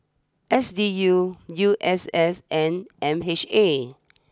S D U U S S and M H A